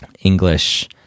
English